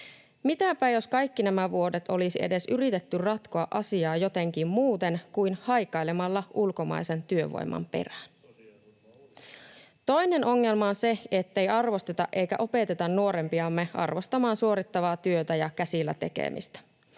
Mitäpä jos kaikki nämä vuodet olisi edes yritetty ratkoa asiaa jotenkin muuten kuin haikailemalla ulkomaisen työvoiman perään? Toinen ongelma on se, ettei arvosteta eikä opeteta nuorempiamme arvostamaan suorittavaa työtä ja käsillä tekemistä.